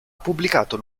pubblicato